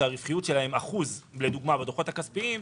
שהרווחיות שלהם היא אחוז בדוחות הכספיים,